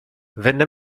venne